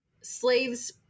slaves